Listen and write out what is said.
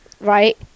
right